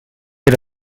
era